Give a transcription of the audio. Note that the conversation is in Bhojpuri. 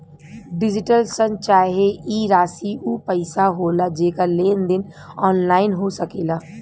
डिजिटल शन चाहे ई राशी ऊ पइसा होला जेकर लेन देन ऑनलाइन हो सकेला